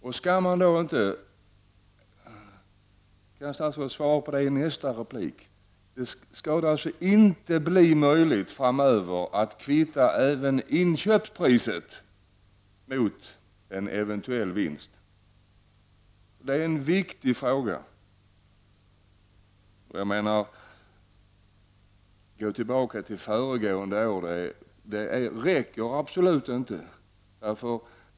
Kan statsrådet i sin nästa replik svara på om det inte skall bli möjligt framöver att även kvitta inköpspriset mot en eventuell vinst? Det är en viktig fråga. Att bara gå tillbaka till föregående år räcker absolut inte.